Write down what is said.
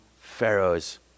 Pharaoh's